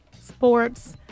Sports